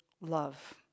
love